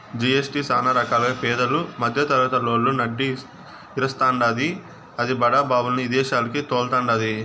GST సానా రకాలుగా పేదలు, మద్దెతరగతోళ్ళు నడ్డి ఇరస్తాండాది, అది బడా బాబుల్ని ఇదేశాలకి తోల్తండాది